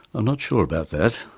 i'm not sure about that.